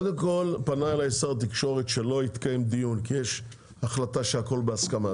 פנה אלי שר התקשורת כדי שלא יתקיים דיון כי יש החלטה שהכול בהסכמה.